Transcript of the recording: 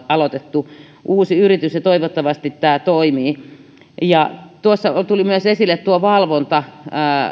aloitettu uusi yritys ja toivottavasti tämä toimii tuossa tuli myös esille tuo valvonta